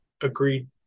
agreed